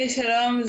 שלום.